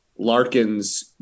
larkin's